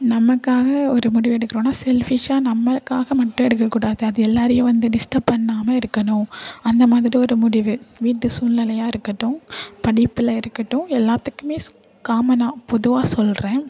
நமக்காக ஒரு முடிவு எடுக்கிறோனா செல்ஃபிஷ்ஷாக நம்மளுக்காக மட்டும் எடுக்கக்கூடாது அது எல்லோரையும் வந்து டிஸ்டர்ப் பண்ணாமல் இருக்கணும் அந்தமாதிரி ஒரு முடிவு வீட்டு சூழ்நிலையாக இருக்கட்டும் படிப்பில் இருக்கட்டும் எல்லாத்துக்குமே காமனாக பொதுவாக சொல்கிறேன்